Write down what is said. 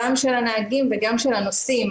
גם של הנהגים וגם של הנוסעים.